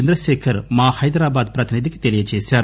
చంద్రశేఖర్ మా హైదరాబాద్ ప్రతినిధికి తెలియజేశారు